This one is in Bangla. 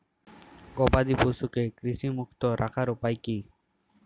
গবাদি পশুকে কৃমিমুক্ত রাখার উপায় কী?